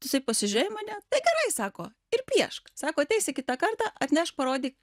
jisai pasižiūrėjo į mane tai gerai sako ir piešk sako ateisi kitą kartą atnešk parodyk